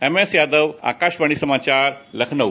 MS Yadav Akashvani समाचार लखनऊ